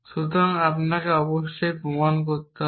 সুতরাং আপনাকে অবশ্যই প্রমাণ করতে হবে